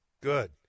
Good